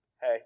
Hey